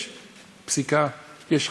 יש פסיקה, יש חקיקה,